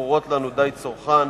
ברורות לנו די צורכן,